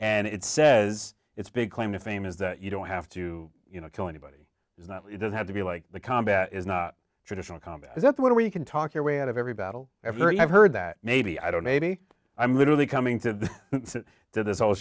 and it says its big claim to fame is that you don't have to you know kill anybody does not have to be like the combat is not traditional combat is not the one where you can talk your way out of every battle every i've heard that maybe i don't maybe i'm literally coming to do this whole